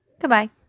Goodbye